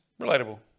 Relatable